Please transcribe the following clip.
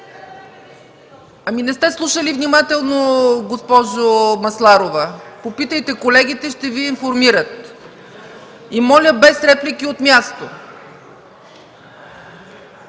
Не сте слушали внимателно, госпожо Масларова! Попитайте колегите, ще Ви информират. И моля, без реплики от място!